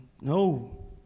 no